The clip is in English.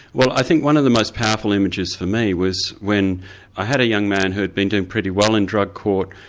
well i think one of the most powerful images for me was when i had a young man who had been doing pretty well in drug court.